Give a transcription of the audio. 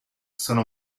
sono